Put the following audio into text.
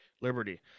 Liberty